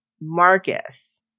Marcus